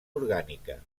orgànica